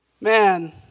man